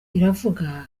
iravuga